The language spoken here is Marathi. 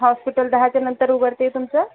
हॉस्पिटल दहाच्यानंतर उघडते तुमचं